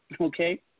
okay